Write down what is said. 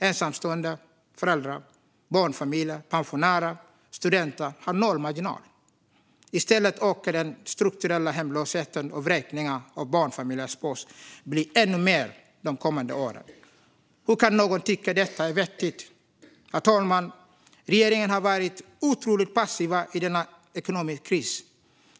Ensamstående föräldrar, barnfamiljer, pensionärer och studenter har noll marginal. I stället ökar den strukturella hemlösheten, och vräkningarna av barnfamiljer spås bli ännu fler de kommande åren. Hur kan någon tycka att detta är vettigt? Ett oberoende tvist-lösningsförfarande för kollektiva hyrestvister Herr talman! Regeringen har varit otroligt passiv i denna ekonomiska kris.